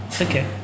Okay